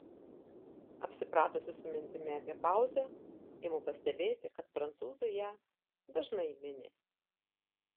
apsipratusi su mintimi apie pauzę imu pastebėti kad prancūzai ją dažnai mini